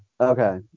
Okay